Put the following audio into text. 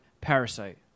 Parasite